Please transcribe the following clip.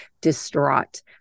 distraught